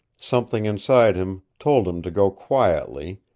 something inside him told him to go quietly,